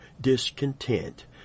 discontent